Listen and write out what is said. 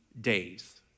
days